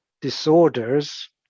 disorders